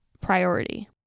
priority